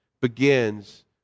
begins